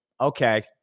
Okay